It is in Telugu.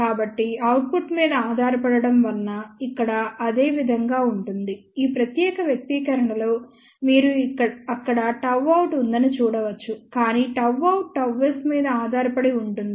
కాబట్టి అవుట్పుట్ మీద ఆధారపడటం వలన ఇక్కడ అదేవిధంగా ఉంటుంది ఈ ప్రత్యేక వ్యక్తీకరణలో మీరు అక్కడ Γout ఉందని చూడవచ్చుకానీ Γout Γs మీద ఆధారపడి ఉంటుంది